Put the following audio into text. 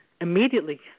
immediately